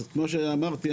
כמו שאמרתי,